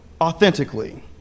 authentically